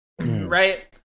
right